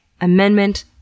Amendment